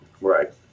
Right